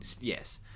yes